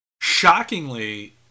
Shockingly